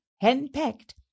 henpecked